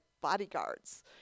bodyguards